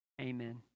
Amen